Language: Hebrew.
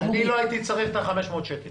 -- אני לא הייתי צריך את ה-500 שקל.